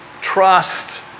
trust